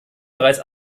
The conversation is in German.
bereits